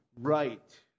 right